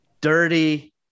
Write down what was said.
dirty